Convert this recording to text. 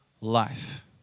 life